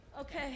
Okay